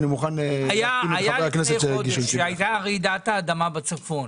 לפני חודש כשהייתה רעידת האדמה בצפון,